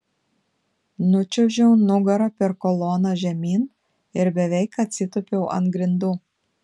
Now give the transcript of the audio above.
nučiuožiau nugara per koloną žemyn ir beveik atsitūpiau ant grindų